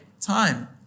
time